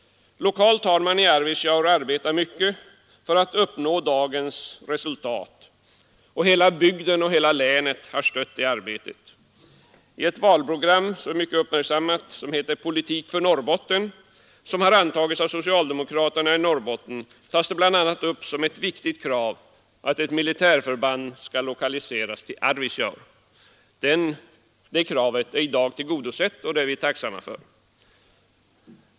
Lokalt har man i Arvidsjaur arbetat mycket för att uppnå dagens resultat. Hela bygden och hela länet har stött det arbetet. I ett valprogram som uppmärksammats mycket och som heter ”Politik för Norrbotten” och som antagits av socialdemokraterna i Norrbotten tas bl.a. upp som ett viktigt krav att ett militärförband skall lokaliseras till Arvidsjaur. Det kravet är i dag tillgodosett och det är vi tacksamma för.